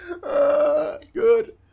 Good